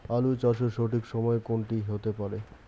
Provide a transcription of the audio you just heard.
আলু চাষের সঠিক সময় কোন টি হতে পারে?